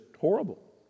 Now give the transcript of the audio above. horrible